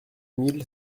mille